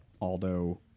Aldo